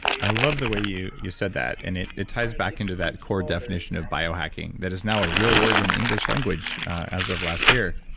i love the way you you said that, and it it ties back into that core definition of biohacking, that is now a real word in the english language as of last year.